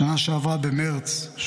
בשנה שעברה במרץ,